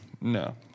No